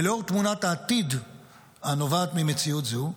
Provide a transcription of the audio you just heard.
ולאור תמונת העתיד הנובעת ממציאות זו,